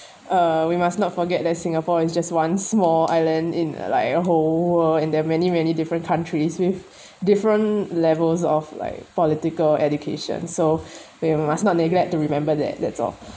uh we must not forget that singapore is just one small island in like a whole world and there are many many different countries with different levels of like political education so we must not neglect to remember that that's all